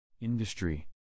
Industry